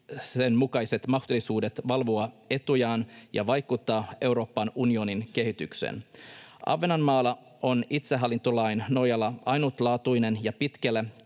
tarkoituksenmukaiset mahdollisuudet valvoa etujaan ja vaikuttaa Euroopan unionin kehitykseen. Ahvenanmaalla on itsehallintolain nojalla ainutlaatuinen ja pitkälle